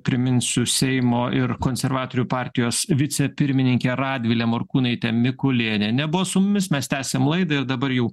priminsiu seimo ir konservatorių partijos vicepirmininkė radvilė morkūnaitė mikulėnienė buvo su mumis mes tęsiam laidą ir dabar jau